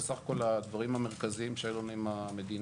וסך הכול הדברים המרכזיים שהיה לנו עם המדינה